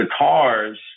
Guitars